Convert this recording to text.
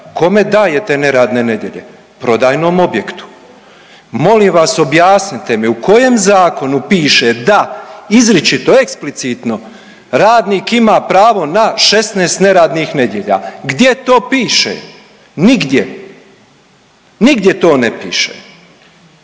Kome daje te neradne nedjelje? Prodajnom objektu. Molim vas objasnite mi u kojem zakonu piše da izričito, eksplicitno radnik ima pravo na 16 neradnih nedjelja. Gdje to piše? Nigdje. Nigdje to ne piše.